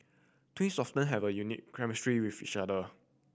twins often have a unique chemistry with each other